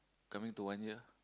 coming to one year